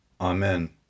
amen